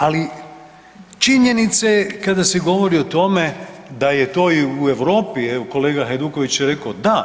Ali činjenica je kada se govori o tome da je to i u Europi, evo kolega Hajduković je rekao da